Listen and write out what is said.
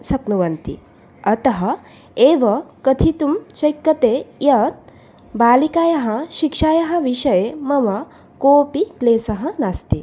शक्नुवन्ति अतः एव कथितुं शक्यते यत् बालिकायाः शिक्षायाः विषये मम कोऽपि क्लेशः नास्ति